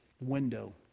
window